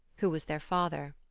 who was their father.